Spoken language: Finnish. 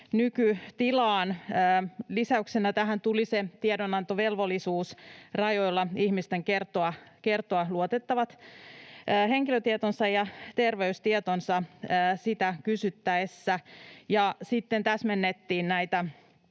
nykytilaan. Lisäyksenä tähän tuli tiedonantovelvollisuus ihmisten kertoa rajoilla luotettavat henkilötietonsa ja terveystietonsa niitä kysyttäessä, ja sitten täsmennettiin näitä